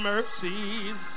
Mercies